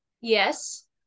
yes